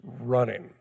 running